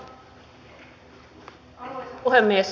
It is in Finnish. arvoisa puhemies